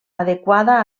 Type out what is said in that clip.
adequada